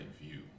view